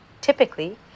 typically